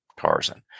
Tarzan